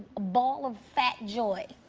ball of fat joy.